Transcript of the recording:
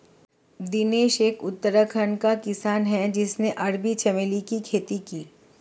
दिनेश एक उत्तराखंड का किसान है जिसने अरबी चमेली की खेती की